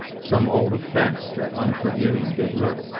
some old offence that unforgiving did lurk,